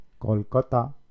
Kolkata